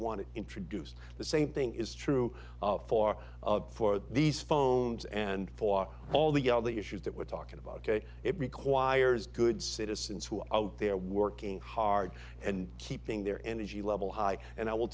want to introduce the same thing is true for for these phones and for all the you know the issues that we're talking about it requires good citizens who are out there working hard and keeping their energy level high and i will